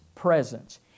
presence